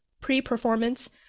pre-performance